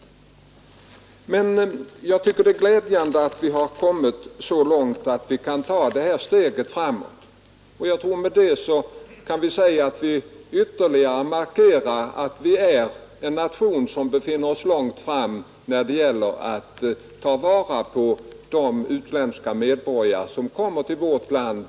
Jag tycker emellertid att det är glädjande att vi har kommit så långt att vi kan ta det här steget framåt, och jag tror att vi med det kan säga att vi ytterligare markerar att vi befinner oss långt framme när det gäller att ta vara på de utländska medborgare som kommer till vårt land.